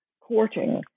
courting